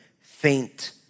faint